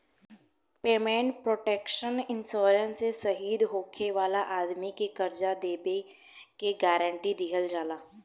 payment protection insurance से शहीद होखे वाला आदमी के कर्जा देबे के गारंटी दीहल जाला